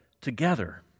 together